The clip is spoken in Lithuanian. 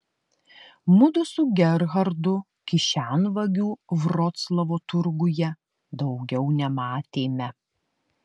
mudu su gerhardu kišenvagių vroclavo turguje daugiau nematėme